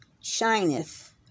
shineth